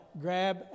grab